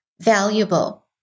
valuable